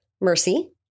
Mercy